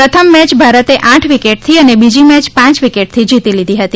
પ્રથમ મેય ભારતે આઠ વિકેટથી અને બીજી મેય પાંય વિકેટથી જીતી લીધી હતી